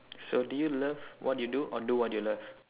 so do you love what you do or do what you love